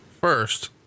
first